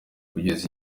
kugeza